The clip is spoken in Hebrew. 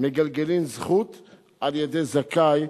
מגלגלין זכות על-ידי זכאי.